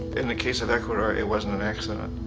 in the case of ecuador it wasn't an accident.